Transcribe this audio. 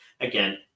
again